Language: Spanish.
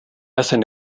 hacen